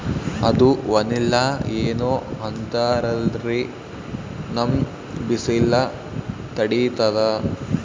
ಅದು ವನಿಲಾ ಏನೋ ಅಂತಾರಲ್ರೀ, ನಮ್ ಬಿಸಿಲ ತಡೀತದಾ?